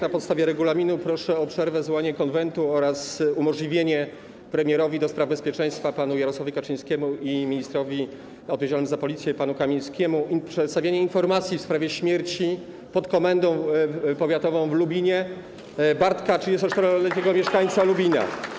Na podstawie regulaminu Sejmu proszę o przerwę, zwołanie Konwentu oraz umożliwienie premierowi do spraw bezpieczeństwa panu Jarosławowi Kaczyńskiemu i ministrowi odpowiedzialnemu za Policję panu Kamińskiemu przedstawienia informacji w sprawie śmierci pod komendą powiatową w Lubinie Bartka, 34-letniego mieszkańca Lubina.